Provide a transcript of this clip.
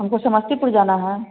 हमको समस्तीपुर जाना है